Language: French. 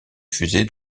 fusée